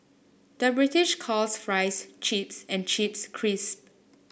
the British calls fries chips and chips crisps